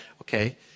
okay